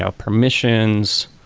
ah permissions,